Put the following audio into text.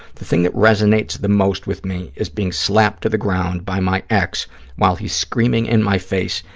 the thing that resonates the most with me is being slapped to the ground by my ex while he's screaming in my face,